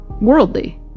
worldly